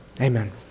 Amen